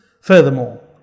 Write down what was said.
Furthermore